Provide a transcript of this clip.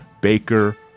Baker